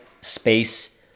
space